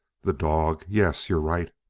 the dog! yes, you're right.